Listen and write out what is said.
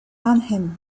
arnhem